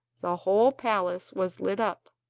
the whole palace was lit up.